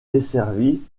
desservie